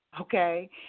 okay